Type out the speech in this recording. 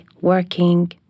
working